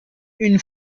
une